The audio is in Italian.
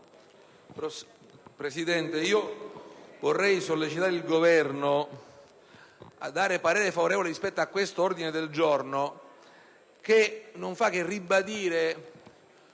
Presidente, vorrei sollecitare il Governo a dare parere favorevole rispetto a questo ordine del giorno che non fa che ribadire